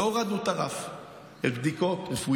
לא, אין קריטריונים בכיתות כוננות.